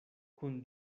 kun